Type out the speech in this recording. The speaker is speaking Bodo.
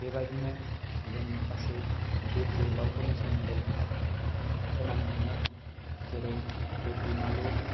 बेबायदिनो जों माखासे बिर जोहोलावफोरनि सोमोन्दै खोनानो मोनो जेरै बिर दैमालु